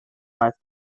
meist